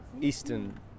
eastern